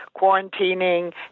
quarantining